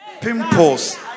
pimples